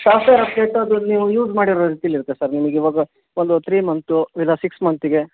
software update ಅದು ನೀವು use ಮಾಡಿರೋ ರೀತಿಯಲ್ಲಿ ಇರುತ್ತೆ ಸರ್ ನಿಮಿಗೆ ಇವಾಗ ಒಂದು ತ್ರೀ ಮಂತು ಇಲ್ಲ ಸಿಕ್ಸ್ ಮಂತಿಗೆ